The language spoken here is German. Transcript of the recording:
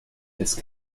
des